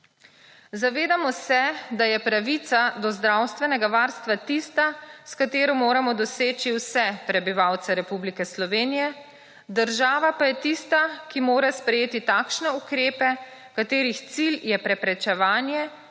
Zavedamo se, da je pravica do zdravstvenega varstva tista, s katero moramo doseči vse prebivalce Republike Slovenije, država pa je tista, ki mora sprejeti takšne ukrepe, katerih cilj je preprečevanje